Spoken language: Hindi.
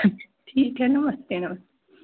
ठीक है नमस्ते